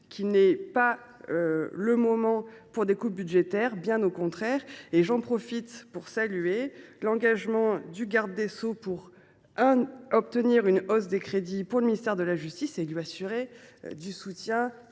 ne doit pas être aux coupes budgétaires, bien au contraire ! J’en profite pour saluer l’engagement du garde des sceaux pour obtenir une hausse des crédits du ministère de la justice ; je veux l’assurer du soutien